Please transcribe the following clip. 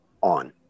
on